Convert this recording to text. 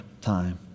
time